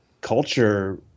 culture